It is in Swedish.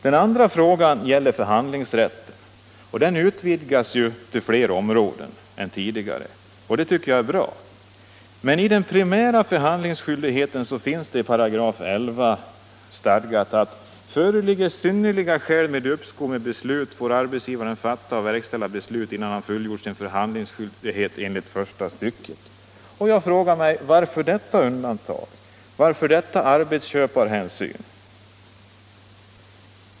En annan fråga gäller förhandlingsrätten. Den utvidgas ju till fler områden än tidigare, och det tycker jag är bra. Men beträffande den primära förhandlingsskyldigheten finns det i 11 § stadgat att föreligger synnerliga skäl för uppskov med beslut får arbetsgivaren fatta och verkställa beslutet innan han fullgjort sin förhandlingsskyldighet enligt första stycket. Jag frågar mig: Varför detta undantag? Varför denna arbetsköparhänsyn?